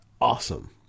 awesome